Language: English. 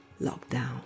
lockdown